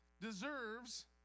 deserves